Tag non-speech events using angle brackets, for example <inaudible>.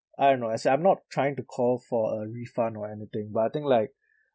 uh no as in I'm not trying to call for a refund or anything but I think like <breath>